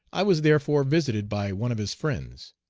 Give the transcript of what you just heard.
i was therefore visited by one of his friends.